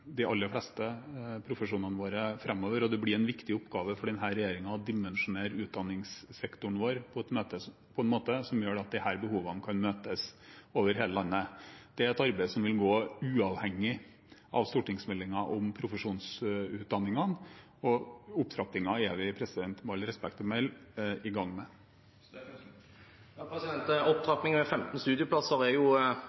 de aller fleste profesjonene våre framover, og det blir en viktig oppgave for denne regjeringen å dimensjonere utdanningssektoren vår på en måte som gjør at disse behovene kan møtes over hele landet. Det er et arbeid som vil gå uavhengig av stortingsmeldingen om profesjonsutdanningene, og opptrappingen er vi, med all respekt å melde, i gang med.